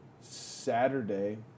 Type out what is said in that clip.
Saturday